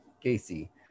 Casey